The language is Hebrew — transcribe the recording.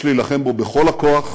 יש להילחם בו בכל הכוח,